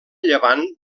llevant